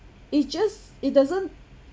it's just it doesn't